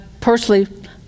personally